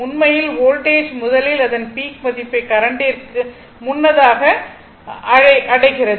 உண்மையில் வோல்டேஜ் முதலில் அதன் பீக் மதிப்பை கரண்டிற்கு முன்னதாக அடைகிறது